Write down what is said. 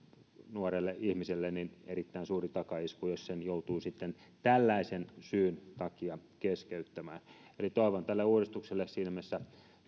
nuorelle ihmiselle erittäin suuri takaisku jos sen joutuu sitten tällaisen syyn takia keskeyttämään eli toivon tälle uudistukselle siinä mielessä